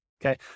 Okay